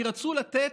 כי רצו לתת,